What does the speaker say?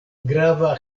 grava